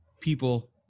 people